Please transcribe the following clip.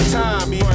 time